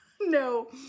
No